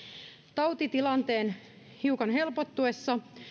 tautitilanteen hiukan helpottuessa